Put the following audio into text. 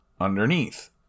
underneath